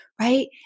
Right